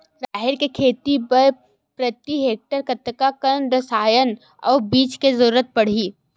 राहेर के खेती बर प्रति हेक्टेयर कतका कन रसायन अउ बीज के जरूरत पड़ही?